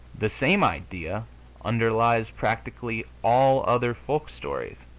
the same idea underlies practically all other folk-stories